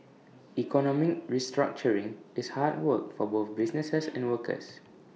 economic restructuring is hard work for both businesses and workers